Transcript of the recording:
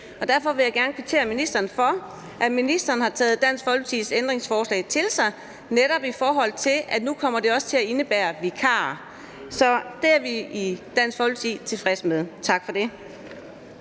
Derfor vil jeg gerne kvittere ministeren for, at ministeren har taget Dansk Folkepartis ændringsforslag til sig, så det nu også kommer til at omfatte vikarer. Så det er vi i Dansk Folkeparti tilfredse med. Tak for det.